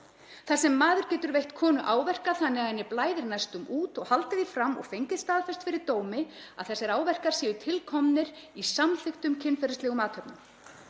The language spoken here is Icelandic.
Þar sem maður getur veitt konu áverka þannig að henni blæðir næstum út og haldið því fram og fengið staðfest fyrir dómi að þessir áverkar séu til komnir í samþykktum, kynferðislegum athöfnum.